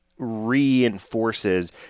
Reinforces